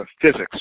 physics